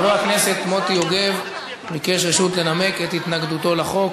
חבר הכנסת מוטי יוגב ביקש רשות לנמק את התנגדותו לחוק.